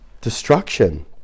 destruction